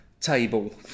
table